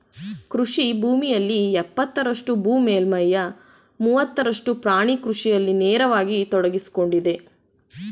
ಕೃಷಿ ಭೂಮಿಯಲ್ಲಿ ಎಪ್ಪತ್ತರಷ್ಟು ಭೂ ಮೇಲ್ಮೈಯ ಮೂವತ್ತರಷ್ಟು ಪ್ರಾಣಿ ಕೃಷಿಯಲ್ಲಿ ನೇರವಾಗಿ ತೊಡಗ್ಸಿಕೊಂಡಿದೆ